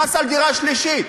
מס על דירה שלישית.